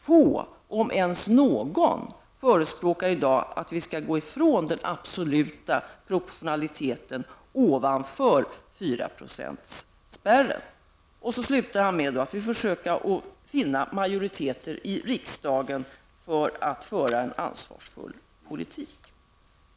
Få, om ens någon, förespråkar i dag att vi skall gå ifrån den absoluta proportionaliteten ovanför 4-procentsspärren. Avslutningsvis framhåller han att man får försöka finna majoriteter i riksdagen för att föra en ansvarsfull politik.